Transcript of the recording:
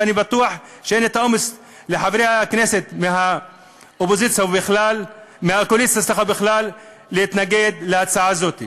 ואני בטוח שלחברי הכנסת מהקואליציה בכלל אין אומץ להתנגד להצעה הזאת.